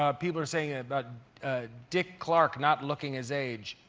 um people are saying ah about dick clark not looking his age?